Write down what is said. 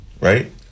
Right